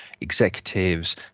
executives